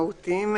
מהותיים,